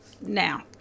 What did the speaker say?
now